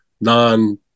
non